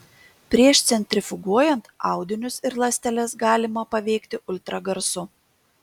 prieš centrifuguojant audinius ir ląsteles galima paveikti ultragarsu